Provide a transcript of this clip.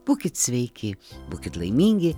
būkit sveiki būkit laimingi